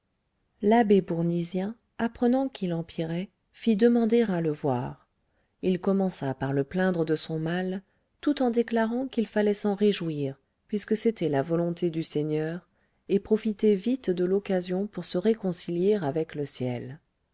l'abbé bournisien apprenant qu'il empirait fit demander à le voir il commença par le plaindre de son mal tout en déclarant qu'il fallait s'en réjouit puisque c'était la volonté du seigneur et profiter vite de l'occasion pour se réconcilier avec le ciel